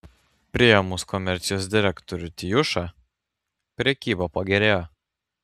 priėmus komercijos direktorių tijušą prekyba pagerėjo